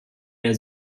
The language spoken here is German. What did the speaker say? der